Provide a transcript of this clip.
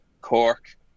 Cork